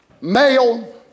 Male